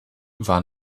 war